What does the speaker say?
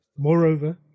Moreover